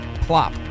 plop